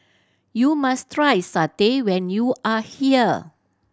you must try satay when you are here